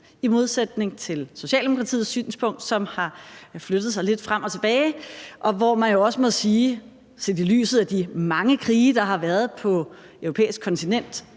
i modsætning til Socialdemokratiets synspunkt, som har flyttet sig lidt frem og tilbage. Man må jo også sige – set i lyset af de mange krige, der har været på europæisk kontinent